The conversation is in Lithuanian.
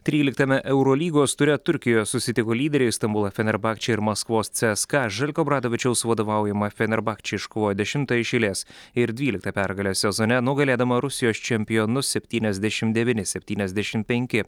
tryliktame eurolygos ture turkijoje susitiko lyderiai stambulo fenerbahče ir maskvos cska željko obradovičiaus vadovaujama fenerbahče iškovojo dešimtąją iš eilės ir dvyliktą pergalę sezone nugalėdama rusijos čempionus septyniasdešim devyni septyniasdešim penki